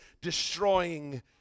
destroying